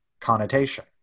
connotation